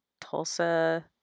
Tulsa